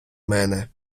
мене